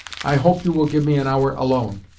i hope you will give me an hour alone.